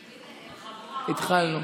התחלנו.